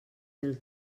del